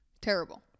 Terrible